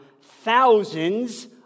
thousands